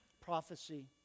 Prophecy